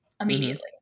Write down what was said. immediately